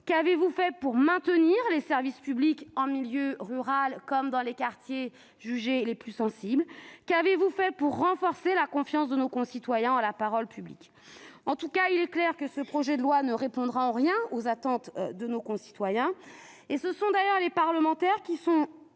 Qu'avez-vous fait pour maintenir les services publics en milieu rural ou dans les quartiers les plus sensibles ? Qu'avez-vous fait pour renforcer la confiance de nos concitoyens en la parole publique ? En tout cas, il est clair que ce projet de loi ne répondra en rien aux attentes de nos concitoyens. Ce sont les parlementaires, qui sont